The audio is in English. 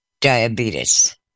diabetes